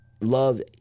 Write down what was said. love